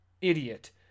idiot